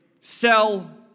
sell